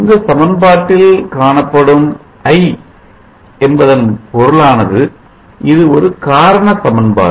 இந்த சமன்பாட்டில் காணப்படும் I என்பதன் பொருளானது இது ஒரு காரணசமன்பாடு